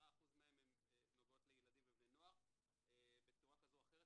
כ-10% מהן נוגעות לילדים ובני נוער בצורה כזו או אחרת,